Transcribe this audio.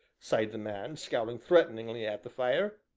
sighed the man, scowling threateningly at the fire,